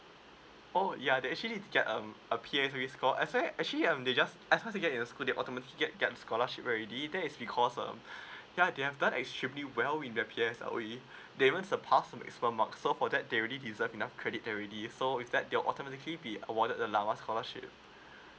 oh yeah they actually need to get um a P_F_A score essay actually um they just as they to get your school they automatically get get the scholarship already then it's because um ya they have done extremely well in their P_S_L_E they even surpass from extra mark so for that they really deserve enough credit already so with that they automatically be awarded the llama scholarship